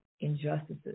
injustices